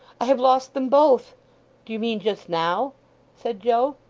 i have lost them both do you mean just now said joe.